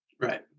Right